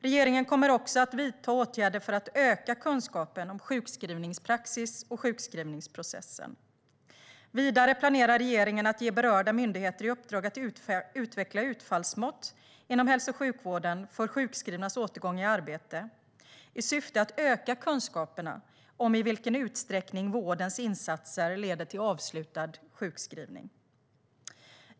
Regeringen kommer också att vidta åtgärder för att öka kunskapen om sjukskrivningspraxis och sjukskrivningsprocessen. Vidare planerar regeringen att ge berörda myndigheter i uppdrag att utveckla utfallsmått inom hälso och sjukvården för sjukskrivnas återgång i arbete i syfte att öka kunskaperna om i vilken utsträckning vårdens insatser leder till avslutad sjukskrivning.